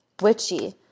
witchy